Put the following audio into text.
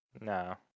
No